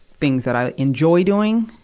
things that i enjoy doing.